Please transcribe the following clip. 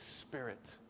spirit